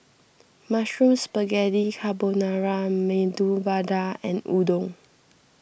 Mushroom Spaghetti Carbonara Medu Vada and Udon